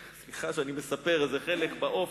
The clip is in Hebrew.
סליחה שאני מספר את זה, היה חלק בעוף,